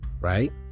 right